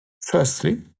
Firstly